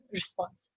response